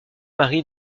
mari